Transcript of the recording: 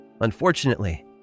Unfortunately